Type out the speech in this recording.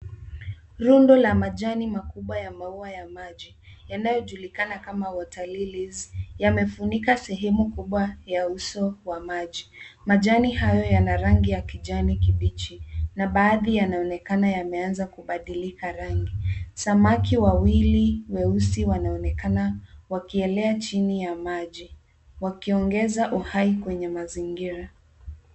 Rundo la majani makubwa ya maua ya maji yanayojulikana kama water lilies yamefunika sehemu kubwa ya uso wa maji. Majani hayo yana rangi ya kijani kibichi na baadhi yanaonekana yameanza kubadilika rangi. Samaki wawili weusi wanaonekana wakielea chini ya maji, wakiongeza uhai kwenye mazingira.